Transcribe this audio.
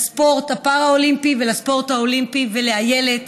לספורט הפראלימפי ולספורט האולימפי ול"אילת",